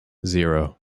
zero